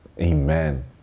Amen